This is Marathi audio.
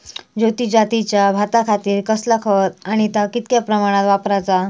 ज्योती जातीच्या भाताखातीर कसला खत आणि ता कितक्या प्रमाणात वापराचा?